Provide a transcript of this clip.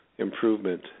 Improvement